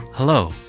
Hello